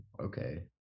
okay